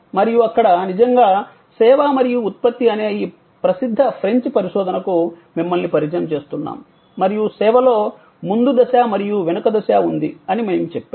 మరియు అక్కడ నిజంగా సేవ మరియు ఉత్పత్తి అనే ఈ ప్రసిద్ధ ఫ్రెంచ్ పరిశోధనకు మిమ్మల్ని పరిచయం చేస్తున్నాము మరియు సేవలో ముందు దశ మరియు వెనుక దశ ఉంది మేము చెప్పాము